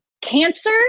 cancer